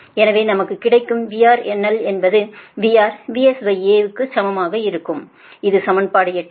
எனவே நமக்கு கிடைக்கும் VRNL என்பது VR VSA க்கு சமமாக இருக்கும் இது சமன்பாடு 8